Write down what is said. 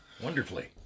wonderfully